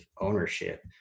ownership